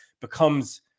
becomes